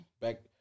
back